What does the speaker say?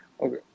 Okay